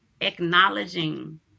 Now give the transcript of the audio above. acknowledging